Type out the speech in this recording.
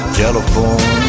telephone